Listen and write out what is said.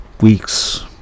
weeks